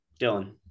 Dylan